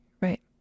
Right